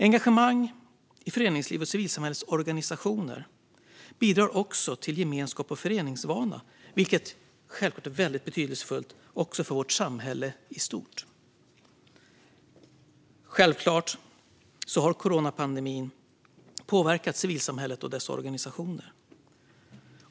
Engagemang i föreningsliv och civilsamhällets organisationer bidrar till gemenskap och föreningsvana, vilket är väldigt betydelsefullt också för vårt samhälle i stort. Coronapandemin har självklart påverkat civilsamhället och dess organisationer.